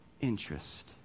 interest